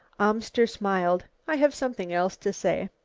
amster smiled. i have something else to say.